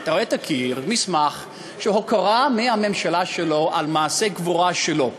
מסמך הוקרה מהממשלה שלו על מעשה גבורה שלו.